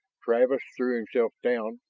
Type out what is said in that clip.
travis threw himself down,